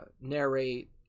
narrate